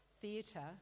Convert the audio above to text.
theatre